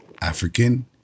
African